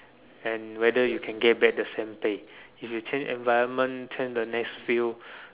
and whether you can get back the same pay if you change environment change the next field